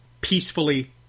peacefully